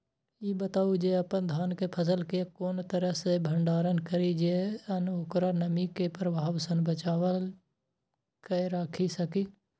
ई बताऊ जे अपन धान के फसल केय कोन तरह सं भंडारण करि जेय सं ओकरा नमी के प्रभाव सं बचा कय राखि सकी?